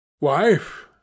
Wife